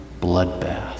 bloodbath